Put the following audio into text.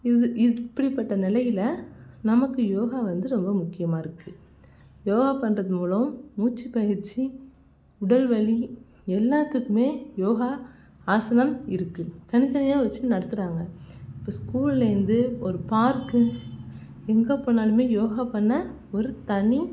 இது இப்படிப்பட்ட நிலையில நமக்கு யோகா வந்து ரொம்ப முக்கியமாக இருக்குது யோகா பண்ணுறது மூலம் மூச்சுப் பயிற்சி உடல் வலி எல்லாத்துக்கும் யோகா ஆசனம் இருக்குது தனித்தனியாக வச்சு நடத்துகிறாங்க இப்போ ஸ்கூலேருந்து ஒரு பார்க்கு எங்கே போனாலும் யோகா பண்ண ஒரு தனி